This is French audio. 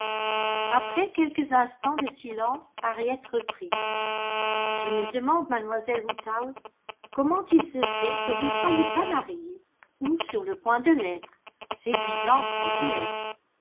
après quelques instants de silence harriet reprit je me demande mademoiselle woodhouse comment il se fait que vous ne soyez pas mariée ou sur le point de l'être séduisante comme vous l'êtes